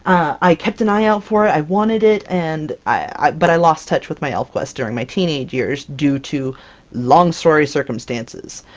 i kept an eye out for it, i wanted it, and i i but i lost touch with my elfquest during my teenage years, due to long story circumstances.